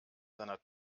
seiner